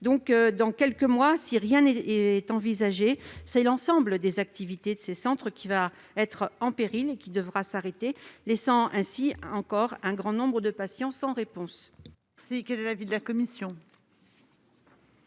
ans. Dans quelques mois, si rien n'est envisagé, c'est l'ensemble des activités de ces centres qui sera en péril et qui devra s'arrêter, laissant ainsi encore un grand nombre de patients sans réponse.